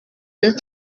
eux